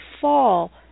fall